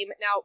now